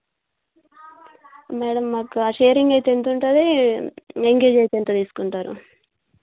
madam మాకా sharing అయితే ఎంత ఉంటుంది ఎంగేజ్ అయితే ఎంత తీసుకుంటారు